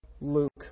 Luke